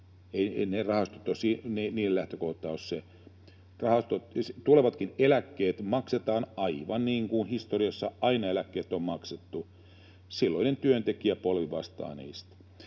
Tulevatkin eläkkeet maksetaan aivan niin kuin historiassa aina eläkkeet on maksettu: silloinen työntekijäpolvi vastaa niistä.